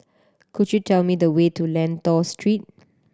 could you tell me the way to Lentor Street